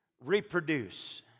Reproduce